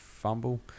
fumble